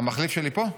המחליף שלי פה?